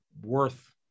worth